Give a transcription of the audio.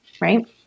right